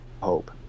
hope